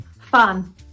Fun